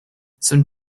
some